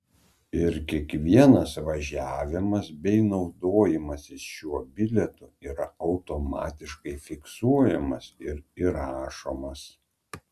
ir kiekvienas važiavimas bei naudojimasis šiuo bilietu yra automatiškai fiksuojamas ir įrašomas